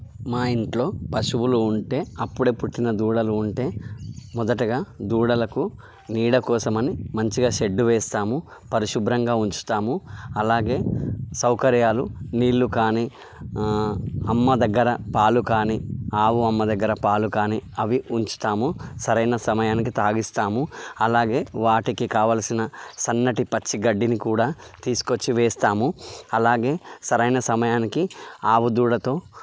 మా ఇంట్లో పశువులు ఉంటే అప్పుడే పుట్టిన దూడలు ఉంటే మొదటగా దూడలకు నీడ కోసమని మంచిగా షెడ్డు వేస్తాము పరిశుభ్రంగా ఉంచుతాము అలాగే సౌకర్యాలు నీళ్ళు కానీ అమ్మ దగ్గర పాలు కానీ ఆవు అమ్మ దగ్గర పాలు కానీ అవి ఉంచుతాము సరైన సమయానికి తాగిస్తాము అలాగే వాటికి కావలసిన సన్నటి పచ్చి గడ్డిని కూడా తీసుకొచ్చి వేస్తాము అలాగే సరైన సమయానికి ఆవు దూడతో